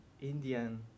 Indian